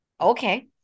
okay